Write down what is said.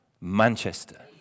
Manchester